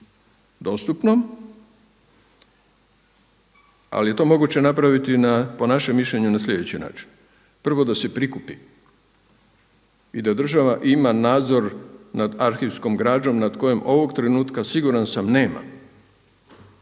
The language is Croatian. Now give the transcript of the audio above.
dostupnom, ali je to moguće napraviti na po našem mišljenju na sljedeći način. Prvo da se prikupi i da država ima nadzor nad arhivskom građom nad kojom ovog trenutka siguran sam nema,